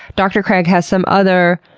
dr. craig has some other,